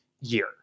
year